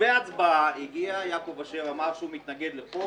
ובהצבעה הגיע יעקב אשר ואמר שהוא מתנגד לחוק,